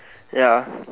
ya